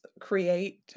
create